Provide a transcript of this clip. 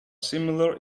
similar